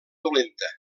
dolenta